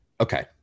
Okay